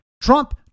Trump